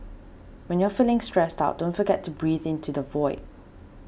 when you are feeling stressed out don't forget to breathe into the void